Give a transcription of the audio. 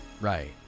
Right